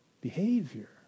behavior